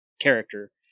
character